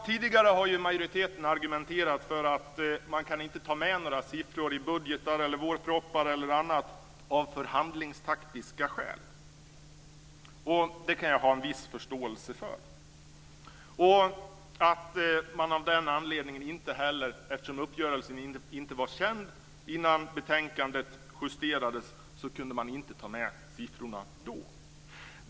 Tidigare har majoriteten argumenterat för att man inte kan ta med några siffror i budgetar, vårpropositioner eller annat av förhandlingstaktiska skäl. Det kan jag ha en viss förståelse för. Eftersom uppgörelsen inte var känd innan betänkandet justerades kunde man inte heller ta med siffrorna då.